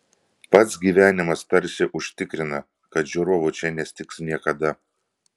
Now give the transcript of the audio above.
pats gyvenimas tarsi užtikrina kad žiūrovų čia nestigs niekada